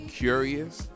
curious